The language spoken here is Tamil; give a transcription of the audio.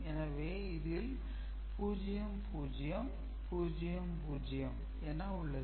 எனவே இதில் 0 0 0 0 என உள்ளது